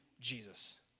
Jesus